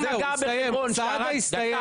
מח"ש זה הארגון הכי כושל שהיה.